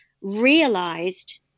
realized